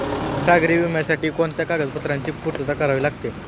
सागरी विम्यासाठी कोणत्या कागदपत्रांची पूर्तता करावी लागते?